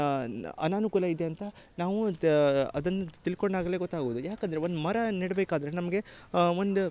ನ್ ಅನಾನುಕೂಲ ಇದೆ ಅಂತ ನಾವು ದ ಅದನ್ನ ತಿಳ್ಕೊಂಡಾಗಲೆ ಗೊತ್ತಾಗುದು ಯಾಕಂದರೆ ಒಂದು ಮರ ನೆಡ್ಬೇಕಾದರೆ ನಮಗೆ ಒಂದು